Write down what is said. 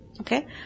Okay